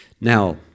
Now